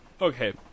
Okay